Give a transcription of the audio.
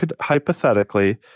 hypothetically